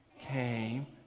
came